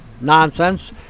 nonsense